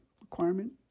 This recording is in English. requirement